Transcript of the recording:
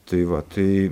tai va tai